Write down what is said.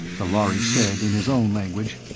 the lhari said in his own language,